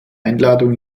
einladung